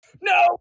No